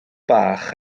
bach